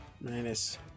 Minus